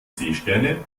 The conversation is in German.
seesterne